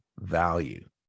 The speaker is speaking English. value